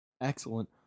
Excellent